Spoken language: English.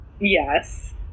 Yes